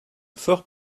fort